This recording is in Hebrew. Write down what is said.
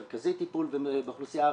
מרכזי טיפול באוכלוסייה הערבית.